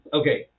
okay